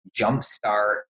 jumpstart